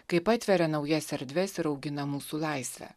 kaip atveria naujas erdves ir augina mūsų laisvę